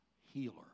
Healer